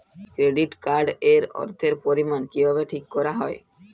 Credit card এর অর্থের পরিমান কিভাবে ঠিক করা হয়?